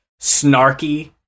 snarky